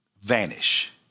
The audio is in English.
vanish